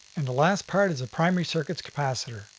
and the last part is the primary circuit's capacitor,